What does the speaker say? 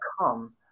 come